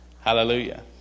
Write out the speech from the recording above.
Hallelujah